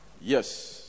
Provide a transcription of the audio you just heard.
Yes